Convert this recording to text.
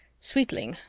sweetling,